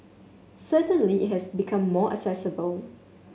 certainly it has become more accessible